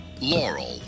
Laurel